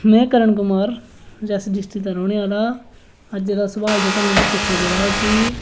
में कर्ण कुमार रियासी डिस्ट्रिक्ट दा रौहने आहला हां अज्ज दा सुआल जेहका मिगी पुच्छेआ गेदा हा कि